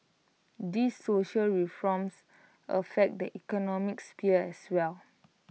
these social reforms affect the economic sphere as well